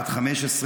בת 15,